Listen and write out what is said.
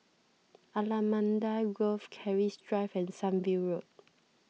Allamanda Grove Keris Drive and Sunview Road